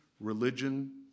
Religion